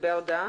לגבי ההודעה?